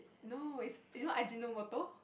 no is you know Ajinomoto